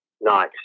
nice